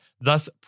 thus